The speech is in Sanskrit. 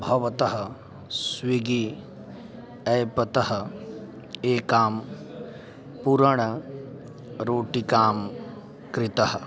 भवतः स्विगी एप्तः एका पूरणरोटिका क्रीता